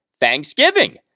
Thanksgiving